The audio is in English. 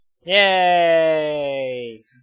Yay